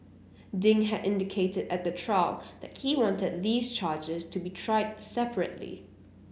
Ding had indicated at the trial that he wanted these charges to be tried separately